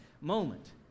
moment